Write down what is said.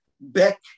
back